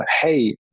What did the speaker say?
hey